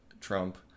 Trump